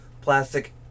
plastic